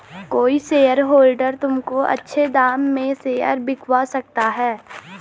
कोई शेयरहोल्डर तुमको अच्छे दाम में शेयर बिकवा सकता है